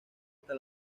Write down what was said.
hasta